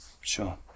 Sure